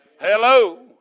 Hello